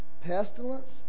pestilence